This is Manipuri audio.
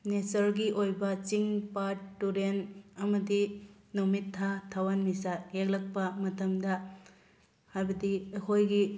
ꯅꯦꯆꯔꯒꯤ ꯑꯣꯏꯅ ꯆꯤꯡ ꯄꯥꯠ ꯇꯨꯔꯦꯟ ꯑꯃꯗꯤ ꯅꯨꯃꯤꯠ ꯊꯥ ꯊꯥꯋꯥꯟꯃꯤꯆꯥꯛ ꯌꯦꯛꯂꯛꯄ ꯃꯇꯝꯗ ꯍꯥꯏꯕꯗꯤ ꯑꯩꯈꯣꯏꯒꯤ